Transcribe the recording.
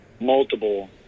multiple